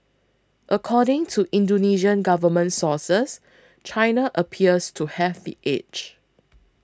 according to Indonesian government sources China appears to have the edge